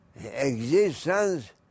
Existence